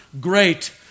great